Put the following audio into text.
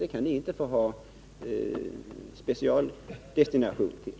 Det kan ni inte få ha någon specialdestination för.